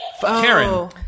Karen